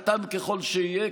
קטן ככל שיהיה,